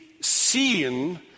seen